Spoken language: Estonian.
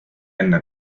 enne